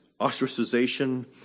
ostracization